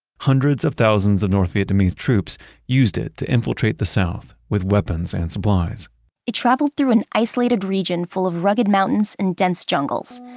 hundreds of thousands of north vietnamese troops used it to infiltrate the south with weapons and supplies it traveled through an isolated region full of rugged mountains and dense jungles.